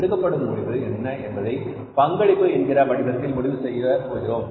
எடுக்கப்போகும் முடிவு என்ன என்பதை பங்களிப்பு என்கிற வடிவத்தில் முடிவு எடுக்கப் போகிறோம்